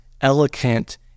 elegant